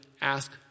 ask